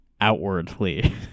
outwardly